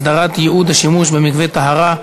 הסדרת ייעוד השימוש במקווה טהרה),